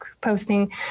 posting